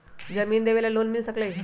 जमीन देवे से लोन मिल सकलइ ह?